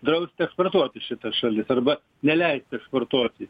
drausti eksportuot į šitas šalis arba neleisti vartoti